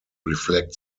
reflect